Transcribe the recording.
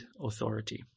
authority